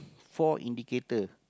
four indicator